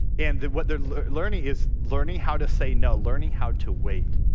and what they're learning is learning how to say no, learning how to wait.